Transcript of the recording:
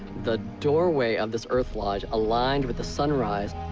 the doorway of this earth lodge aligned with the sunrise.